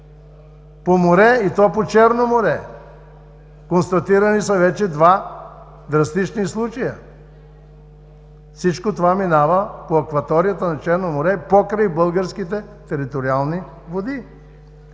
по море, и то по Черно море. Констатирани са вече два драстични случая. Всичко това минава в акваторията на Черно море, покрай акваторията на българските териториални води.